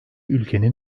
ülkenin